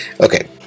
Okay